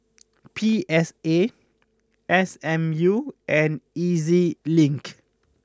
P S A S M U and E Z Link